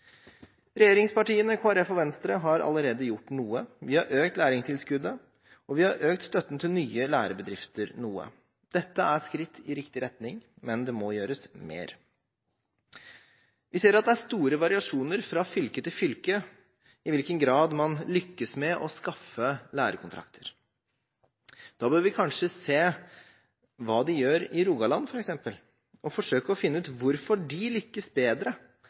Regjeringspartiene og Kristelig Folkeparti og Venstre har allerede gjort noe. Vi har økt lærlingtilskuddet, og vi har økt støtten til nye lærebedrifter noe. Dette er skritt i riktig retning, men det må gjøres mer. Vi ser at det er store variasjoner fra fylke til fylke i hvilken grad man lykkes med å skaffe lærekontrakter. Da bør vi kanskje f.eks. se på hva de gjør i Rogaland, og forsøke å finne ut hvorfor de lykkes bedre